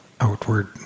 outward